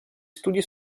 studi